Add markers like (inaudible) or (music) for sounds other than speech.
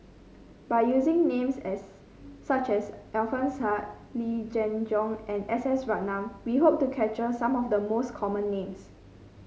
by using names as such as Alfian Sa'at Yee Jenn Jong and S S Ratnam we hope to capture some of the (unintelligible) common names